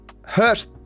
hurt